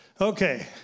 Okay